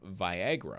Viagra